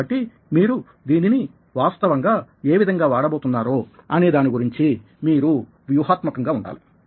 కాబట్టి మీరు దీనిని వాస్తవంగా ఏ విధంగా వాడబోతున్నారో అనేదాని గురించి మీరు వ్యూహాత్మకంగా ఉండాలి